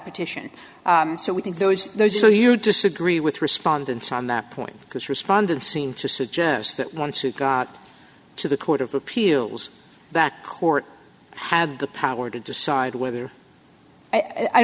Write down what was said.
petition so we think those those so you disagree with respondents on that point because respondents seem to suggest that once it got to the court of appeals that court had the power to decide whether i